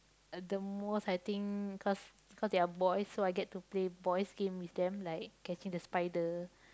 the most I think cause cause they are boys so I get to play boy's game with them like catching the spider